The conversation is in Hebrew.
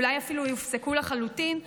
אולי אפילו ייפסקו לחלוטין.